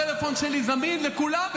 והפלאפון שלי זמין לכולם,